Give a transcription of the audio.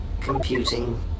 Computing